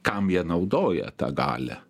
kam jie naudoja tą galią